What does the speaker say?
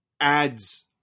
adds